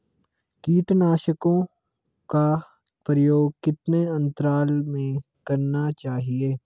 कीटनाशकों का प्रयोग कितने अंतराल में करना चाहिए?